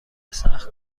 سخت